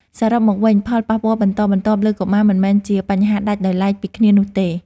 សរុបមកវិញ ផលប៉ះពាល់បន្តបន្ទាប់លើកុមារមិនមែនជាបញ្ហាដាច់ដោយឡែកពីគ្នានោះទេ។